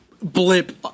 blip